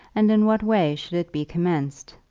and in what way should it be commenced?